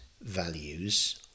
values